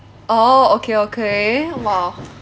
orh okay okay !wah!